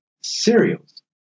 cereals